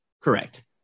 Correct